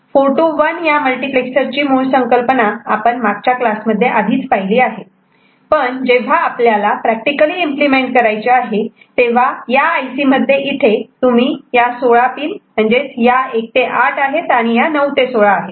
4 to 1या मल्टिप्लेक्सरची मूळ संकल्पना आपण मागच्या क्लासमध्ये आधीच पाहिली आहे पण जेव्हा आपल्याला प्रॅक्टिकली इम्प्लिमेंट करायचे आहे तेव्हा या IC मध्ये इथे तुम्ही 16 पिन ह्या 1 ते 8 आहेत आणि या 9 ते 16 आहेत